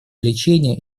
лечение